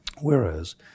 Whereas